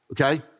Okay